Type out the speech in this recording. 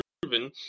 proven